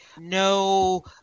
no